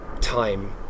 time